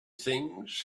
things